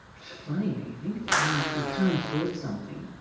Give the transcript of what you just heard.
funny, don't you think? that when you can't afford something.